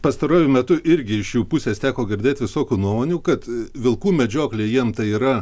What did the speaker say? pastaruoju metu irgi iš jų pusės teko girdėti visokių nuomonių kad vilkų medžioklė jiem tai yra